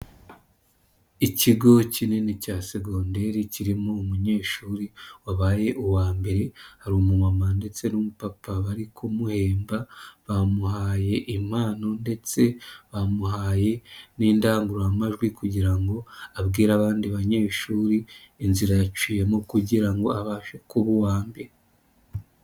Ikigo kinini cya segonderi kirimo umunyeshuri, wabaye uwa mbere hari umumama ndetse n'umupapa bari kumuhemba, bamuhaye impano ndetse, bamuhaye n'indangururamajwi kugira ngo abwire abandi banyeshuri inzira yaciyemo kugira ngo abashe kuba uwa mbere.